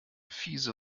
fiese